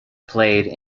played